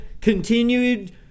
continued